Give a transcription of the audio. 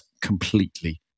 completely